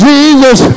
Jesus